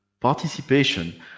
participation